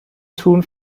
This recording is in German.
tun